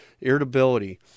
Irritability